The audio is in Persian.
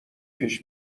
پیش